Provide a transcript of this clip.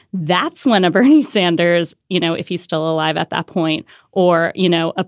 that's when a bernie sanders, you know, if he's still alive at that point or, you know,